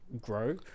grow